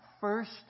first